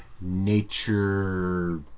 nature